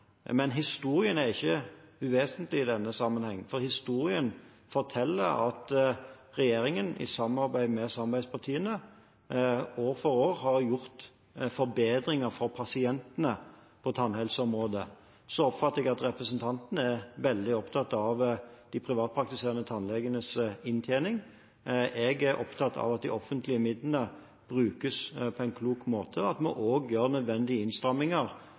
Men historien er ikke uvesentlig i denne sammenheng, for historien forteller at regjeringen i samarbeid med samarbeidspartiene år for år har gjort forbedringer for pasientene på tannhelseområdet. Så oppfatter jeg at representanten er veldig opptatt av de privatpraktiserende tannlegenes inntjening. Jeg er opptatt av at de offentlige midlene brukes på en klok måte, og at vi også gjør nødvendige innstramminger